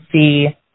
see